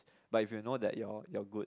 but if you know that your your good